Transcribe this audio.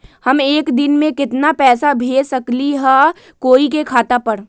हम एक दिन में केतना पैसा भेज सकली ह कोई के खाता पर?